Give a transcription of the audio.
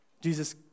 Jesus